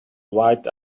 white